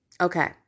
Okay